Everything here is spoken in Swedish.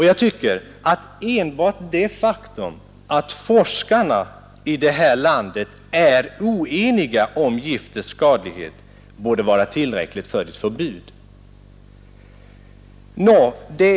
Jag tycker att enbart det faktum att forskarna i det här landet är oeniga om giftets skadlighet borde vara tillräckligt för att införa förbud mot det.